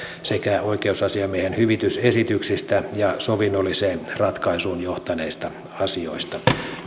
sekä oikeusasiamiehen hyvitysesityksistä ja sovinnolliseen ratkaisuun johtaneista asioista